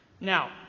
Now